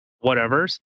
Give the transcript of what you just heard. Whatever's